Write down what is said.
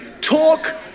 Talk